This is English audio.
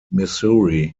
missouri